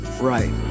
Right